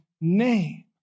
name